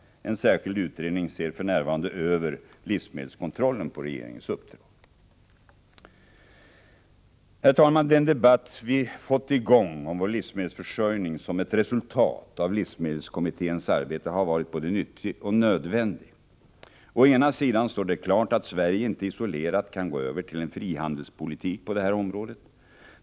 En särskild utredning ser för närvarande över livsmedelskontrollen på regeringens uppdrag. Herr talman! Den debatt om vår livsmedelsförsörjning som vi har fått i gång som ett resultat av livsmedelskommitténs arbete har varit både nyttig och nödvändig. Å ena sidan står det klart att Sverige inte isolerat kan gå över till en frihandelspolitik på detta område.